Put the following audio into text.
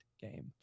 game